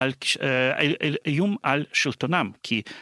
על איום על שלטונם